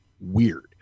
weird